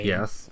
Yes